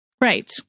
Right